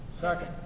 Second